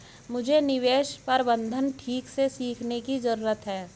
मुझे निवेश प्रबंधन ठीक से सीखने की जरूरत है